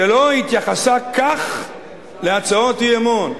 שלא התייחסה כך להצעות אי-אמון.